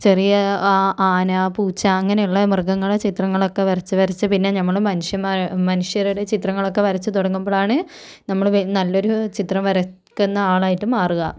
ചെറിയ ആ ആന പൂച്ച അങ്ങനെയുള്ള മൃഗങ്ങളുടെ ചിത്രങ്ങളൊക്കെ വരച്ച് വരച്ച് പിന്നെ ഞമ്മള് മനുഷ്യന്മാ മനുഷ്യരുടെ ചിത്രങ്ങളൊക്കെ വരച്ച് തുടങ്ങുമ്പോളാണ് നമ്മൾ നല്ലൊരു ചിത്രം വരക്കുന്ന ആളായിട്ട് മാറുക